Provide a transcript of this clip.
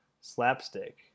slapstick